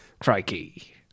Crikey